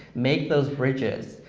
make those bridges,